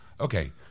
Okay